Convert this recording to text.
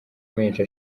menshi